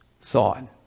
thought